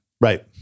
Right